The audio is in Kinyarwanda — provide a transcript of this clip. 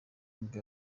nibwo